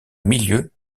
milieu